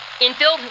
infield